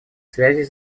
связей